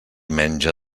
menja